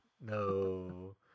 No